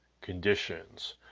conditions